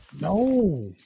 No